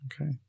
okay